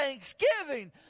Thanksgiving